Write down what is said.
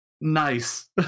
nice